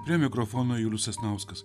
prie mikrofono julius sasnauskas